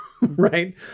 right